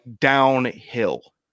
Downhill